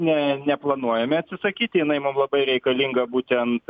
ne neplanuojame atsisakyti jinai mum labai reikalinga būtent